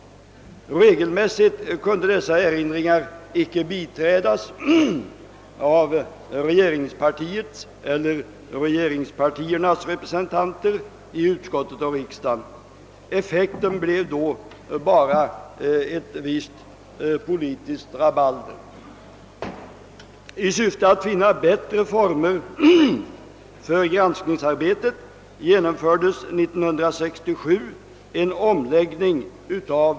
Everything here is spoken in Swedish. Regelmässigt kunde dessa erinringar icke biträdas av regeringspartiets eller regeringspartiernas representanter i utskottet och i riksdagen. Effekten blev då bara ett visst politiskt rabalder. I syfte att finna bättre former för granskningsarbetet genomfördes 1967 en omläggning av detta.